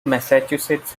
massachusetts